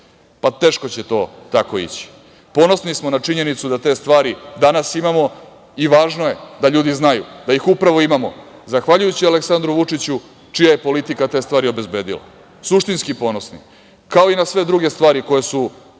Teško će to tako ići. Ponosni smo na činjenicu da te stvari danas imamo i važno je da ljudi znaju da ih upravo imamo zahvaljujući Aleksandru Vučiću, čija je politika te stvari obezbedila. Suštinski ponosni, kao i na sve druge stvari koje su vredne